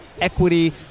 equity